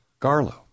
Garlow